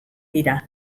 dira